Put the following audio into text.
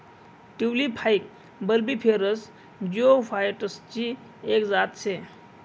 tulip हाई bulbiferous जिओफाइटसची एक जात शे